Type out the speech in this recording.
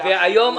היום,